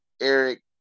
Eric